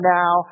now